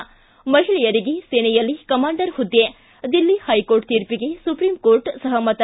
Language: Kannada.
ಿ ಮಹಿಳೆಯರಿಗೆ ಸೇನೆಯಲ್ಲಿ ಕಮಾಂಡರ್ ಹುದ್ದೆ ದಿಲ್ಲಿ ಹೈಕೋರ್ಟ್ ತೀರ್ಪಿಗೆ ಸುಪ್ರೀಂ ಕೋರ್ಟ್ ಸಹಮತ